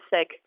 sick